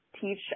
teach